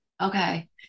Okay